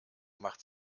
macht